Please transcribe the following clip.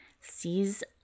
sees